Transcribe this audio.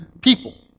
People